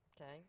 Okay